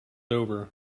over